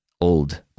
old